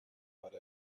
but